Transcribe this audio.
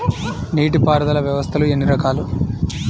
నీటిపారుదల వ్యవస్థలు ఎన్ని రకాలు?